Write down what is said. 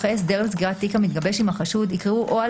אחרי "הסדר לסגירת תיק המתגבש עם החשוד" יקראו "או על